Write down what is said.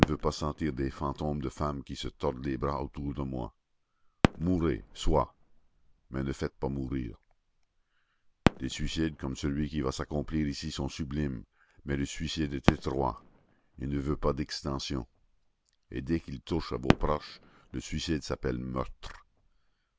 pas sentir des fantômes de femmes qui se tordent les bras autour de moi mourez soit mais ne faites pas mourir des suicides comme celui qui va s'accomplir ici sont sublimes mais le suicide est étroit et ne veut pas d'extension et dès qu'il touche à vos proches le suicide s'appelle meurtre